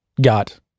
got